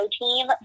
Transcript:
team